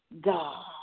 God